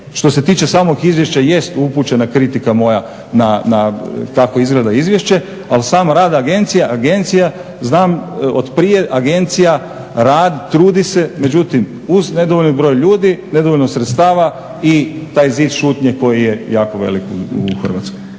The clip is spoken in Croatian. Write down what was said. što se tiče samog izvješća jest upućena kritika moja na kako izgleda izvješće, ali sam rad agencije, agencija znam od prije agencija radi, trudi se, međutim uz nedovoljni broj ljudi, nedovoljno sredstava i taj zid šutnje koji je jako velik u Hrvatskoj.